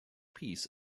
piece